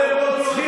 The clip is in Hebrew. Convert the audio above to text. לעשות.